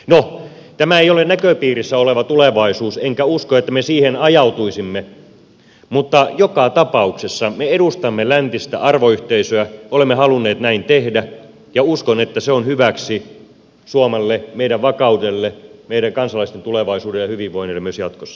no tämä ei ole näköpiirissä oleva tulevaisuus enkä usko että me siihen ajautuisimme mutta joka tapauksessa me edustamme läntistä arvoyhteisöä olemme halunneet näin tehdä ja uskon että se on hyväksi suomelle meidän vakaudellemme meidän kansalaistemme tulevaisuudelle ja hyvinvoinnille myös jatkossa